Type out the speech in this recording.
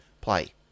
play